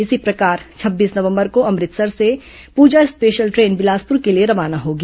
इसी प्रकार छब्बीस नवंबर को अमृतसर से पूजा स्पेशल ट्रेन बिलासपुर के लिए रवाना होगी